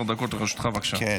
, עשר דקות לרשותך, בבקשה.